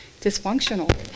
dysfunctional